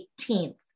18th